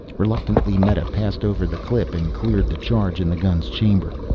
reluctantly meta passed over the clip and cleared the charge in the gun's chamber.